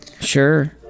Sure